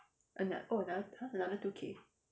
ano~ oh another !huh! another two K